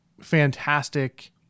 fantastic